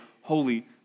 holy